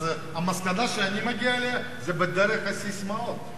אז המסקנה שאני מגיע אליה, זה בדרך הססמאות.